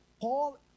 Paul